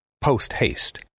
post-haste